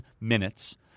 minutes